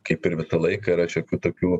kaip ir visą laiką yra šiokių tokių